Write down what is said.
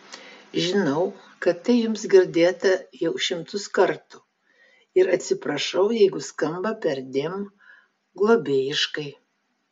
žinau kad tai jums girdėta jau šimtus kartų ir atsiprašau jeigu skamba perdėm globėjiškai